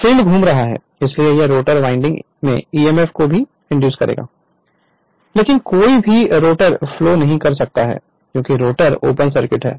तो फील्ड घूम रहा है इसलिए यह रोटर वाइंडिंग में emf को भी इंड्यूस्ड करेगा लेकिन कोई भी रोटर फ्लो नहीं कर सकता है क्योंकि रोटर ओपन सर्किट है